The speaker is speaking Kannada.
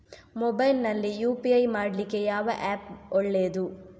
ಮೊಬೈಲ್ ನಲ್ಲಿ ಯು.ಪಿ.ಐ ಮಾಡ್ಲಿಕ್ಕೆ ಯಾವ ಆ್ಯಪ್ ಒಳ್ಳೇದು?